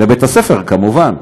לבית-הספר, כמובן?